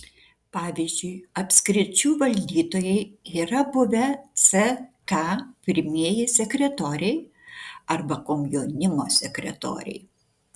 pavyzdžiui apskričių valdytojai yra buvę ck pirmieji sekretoriai arba komjaunimo sekretoriai